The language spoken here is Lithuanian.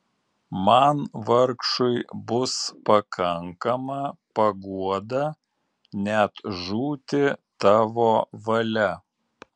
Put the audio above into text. man vargšui bus pakankama paguoda net žūti tavo valia